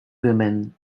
women